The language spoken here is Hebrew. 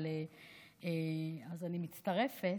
אז אני מצטרפת,